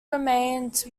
remained